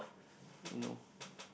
you know